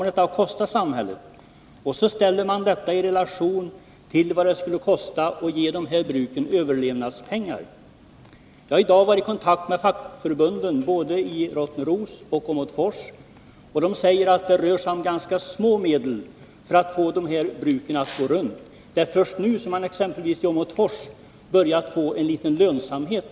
Detta får ställas i relation till vad det skulle kosta att ge de här bruken överlevnadspengar. Jag har i dag varit i kontakt med fackförbunden både i Rottneros och i Åmotfors. Man säger där att det rör sig om ganska små medel som man behöver för att få bruken att gå runt. Det är först nu som exempelvis bruket i Åmotfors börjat gå med viss lönsamhet.